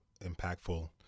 impactful